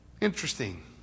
Interesting